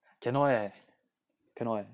cannot leh cannot leh